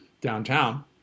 downtown